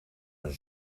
een